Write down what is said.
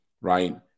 right